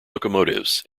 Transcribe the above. locomotives